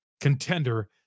contender